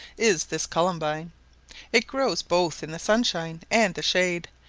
is this columbine it grows both in the sunshine and the shade,